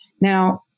Now